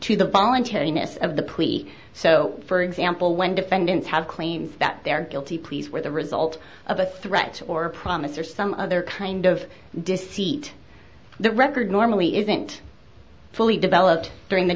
tennis of the so for example when defendants have claims that they are guilty pleas were the result of a threat or a promise or some other kind of deceit the record normally isn't fully developed during the